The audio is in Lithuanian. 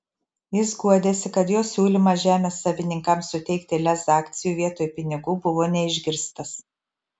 jis guodėsi kad jo siūlymas žemės savininkams suteikti lez akcijų vietoj pinigų buvo neišgirstas